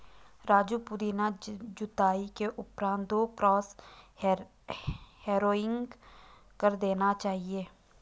राजू पुदीना जुताई के उपरांत दो क्रॉस हैरोइंग कर देना चाहिए